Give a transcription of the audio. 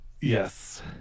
Yes